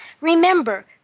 Remember